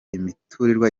imiturirwa